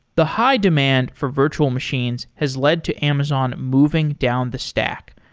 the high-demand for virtual machines has led to amazon moving down the stack.